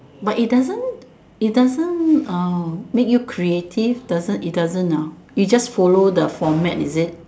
but it doesn't it doesn't make you creative it doesn't it doesn't it just follow the format is it